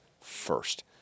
first